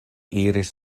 iris